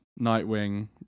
Nightwing